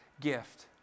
gift